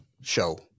show